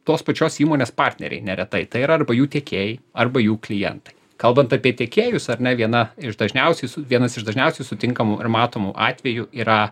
tos pačios įmonės partneriai neretai tai yra arba jų tiekėjai arba jų klientai kalbant apie tiekėjus ar ne viena iš dažniausiai su vienas iš dažniausiai sutinkamų ir matomų atvejų yra